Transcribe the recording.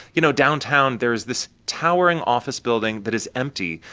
you know, downtown, there's this towering office building that is empty.